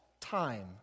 time